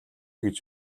гэж